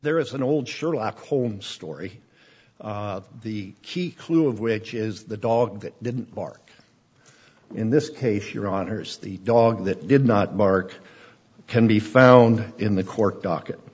there is an old sherlock holmes story the key clue of which is the dog that didn't bark in this case your honour's the dog that did not mark can be found in the court docket